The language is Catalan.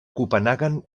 copenhaguen